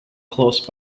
close